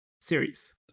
series